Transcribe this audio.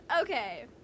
okay